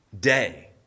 day